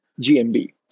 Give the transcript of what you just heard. GMB